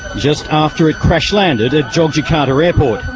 just after it crash landed at jogjakarta airport.